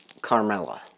Carmella